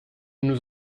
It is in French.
nous